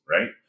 right